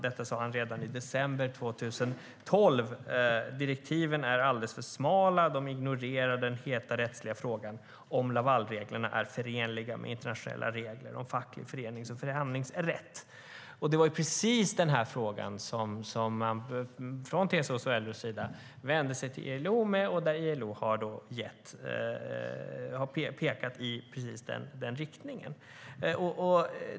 Detta sade han redan i oktober 2012: "Direktiven är alldeles för smala och de ignorerar den heta rättsliga frågan om Lavalreglerna är förenliga med internationella regler om facklig förenings och förhandlingsrätt." Det var precis den här frågan som man från TCO:s och LO:s sida vände sig till ILO med, och ILO pekade i precis den riktningen.